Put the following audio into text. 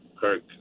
Kirk